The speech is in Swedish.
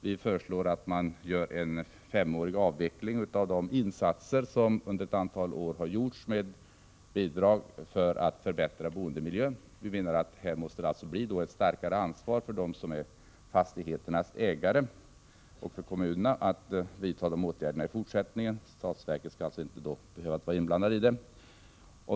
Vi föreslår en femårig avveckling av de insatser som har gjorts under ett antal år med bidrag för att förbättra boendemiljön— vi menar att det måste bli ett starkare ansvar för fastigheternas ägare och för kommunerna att vidta dessa åtgärder i fortsättningen. Statsverket skall alltså inte behöva vara inblandat i detta.